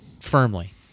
firmly